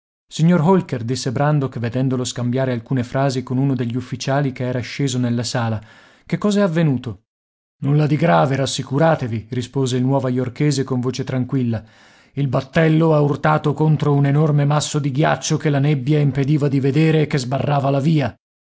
signor holker disse brandok vedendolo scambiare alcune frasi con uno degli ufficiali che era sceso nella sala che cos'è avvenuto nulla di grave rassicuratevi rispose il nuovayorkese con voce tranquilla il battello ha urtato contro un enorme masso di ghiaccio che la nebbia impediva di vedere e che sbarrava la via